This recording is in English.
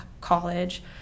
college